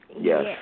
Yes